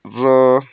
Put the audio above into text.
र